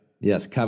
Yes